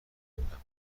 بودم